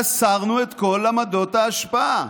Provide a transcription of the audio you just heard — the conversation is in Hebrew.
מסרנו את כל עמדות ההשפעה.